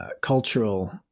cultural